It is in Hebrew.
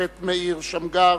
השופט מאיר שמגר,